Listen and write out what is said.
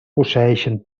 posseeixen